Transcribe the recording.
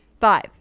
Five